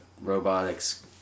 robotics